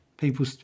People